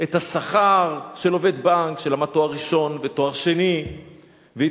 את השכר של עובד בנק שלמד לתואר ראשון ותואר שני והתמחה